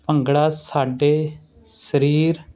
ਭੰਗੜਾ ਸਾਡੇ ਸਰੀਰ